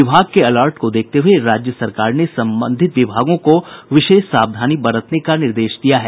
विभाग के अलर्ट को देखते हये राज्य सरकार ने संबंधित विभागों को विशेष सावधानी बरतने का निर्देश दिया है